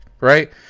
right